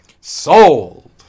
Sold